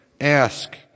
Ask